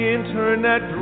Internet